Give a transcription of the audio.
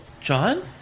John